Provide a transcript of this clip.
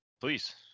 Please